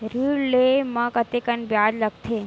ऋण ले म कतेकन ब्याज लगथे?